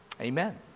Amen